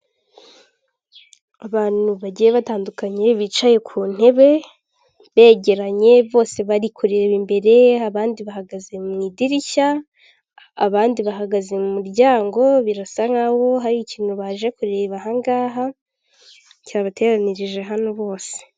Abantu bagiye batandukanye bicaye ku ntebe, begeranye bose bari kureba imbere abandi bahagaze mu idirishya, abandi bahagaze mu muryango. Birasa nkaho hari ikintu baje kureba ahangaha cyabateranirije hano bose.